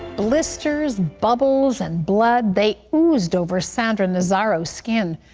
blisters, bubbles, and blood, they oozed over sandra nasaro's skin.